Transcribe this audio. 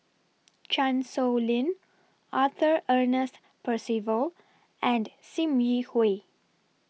Chan Sow Lin Arthur Ernest Percival and SIM Yi Hui